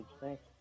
Thanks